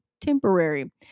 temporary